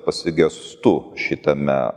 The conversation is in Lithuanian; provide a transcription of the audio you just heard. pasigestu šitame